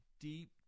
deep